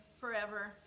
forever